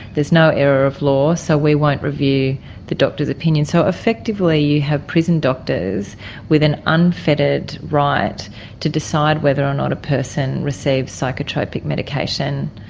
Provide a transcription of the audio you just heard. there's no error of law so we won't review the doctor's opinion. so effectively you have prison doctors with an unfettered right to decide whether or not a person receives psychotropic medication.